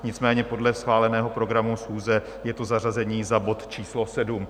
Nicméně podle schváleného programu schůze je to zařazení za bod číslo 7.